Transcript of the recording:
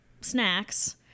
snacks